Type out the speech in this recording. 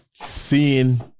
Seeing